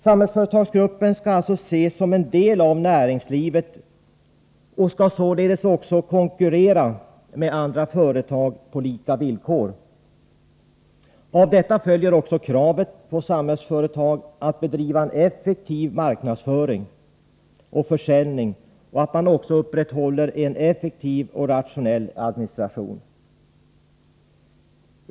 Samhällsföretagsgruppen skall alltså ses som en del av näringslivet och skall således också konkurrera med andra företag på lika villkor. Av detta följer även kravet på Samhällsföretag att bedriva en effektiv marknadsföring och försäljning samt att upprätthålla en effektiv och rationell administration.